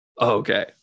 okay